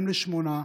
אם לשמונה,